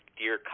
dear